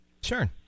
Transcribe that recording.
Sure